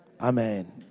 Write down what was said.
Amen